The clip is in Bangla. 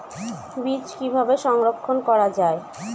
বীজ কিভাবে সংরক্ষণ করা যায়?